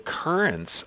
occurrence